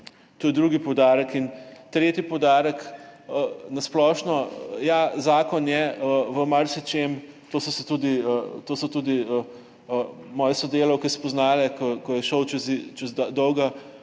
To je drugi poudarek. Tretji poudarek, na splošno. Ja, zakon je v marsičem, to so tudi moje sodelavke spoznale, ko je šel čez dolga